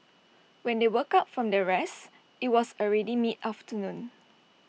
when they woke up from their rest IT was already mid afternoon